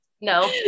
no